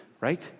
right